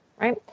right